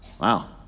Wow